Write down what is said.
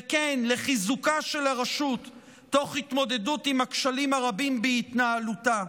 וכן לחיזוקה של הרשות תוך התמודדות עם הכשלים הרבים בהתנהלותה.